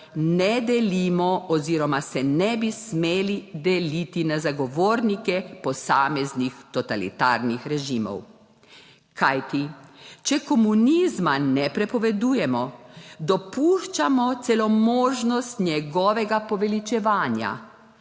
ne delimo oziroma se ne bi smeli deliti na zagovornike posameznih totalitarnih režimov. Kajti, če komunizma ne prepovedujemo, dopuščamo celo možnost njegovega poveličevanja.